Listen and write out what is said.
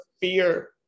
fear